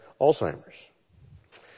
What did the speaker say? Alzheimer's